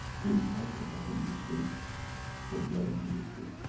things had to happen this way for man to mature.